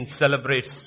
celebrates